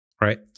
right